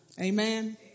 Amen